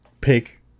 pick